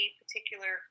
particular